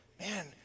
Man